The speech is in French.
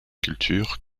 cultures